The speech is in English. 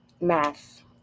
math